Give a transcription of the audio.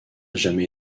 jamais